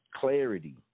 clarity